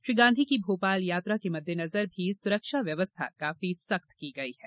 श्री गांधी की भोपाल यात्रा के मद्देनजर भी सुरक्षा व्यवस्था काफी सख्त की गयी है